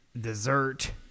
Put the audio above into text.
dessert